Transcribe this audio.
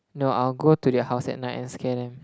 no I'll go to their house at night and scare them